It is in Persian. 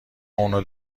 اونو